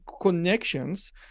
connections